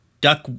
Duck